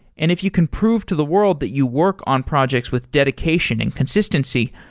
and if you can prove to the world that you work on projects with dedication and consistency,